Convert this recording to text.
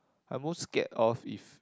I'm most scared of if